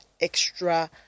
extra